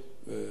חצי שנה,